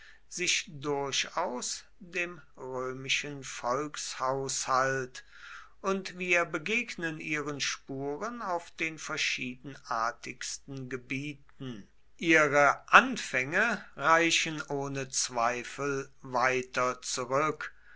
sich durchaus dem römischen volkshaushalt und wir begegnen ihren spuren auf den verschiedenartigsten gebieten ihre anfänge reichen ohne zweifel weiter zurück